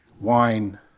wine